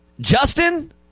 Justin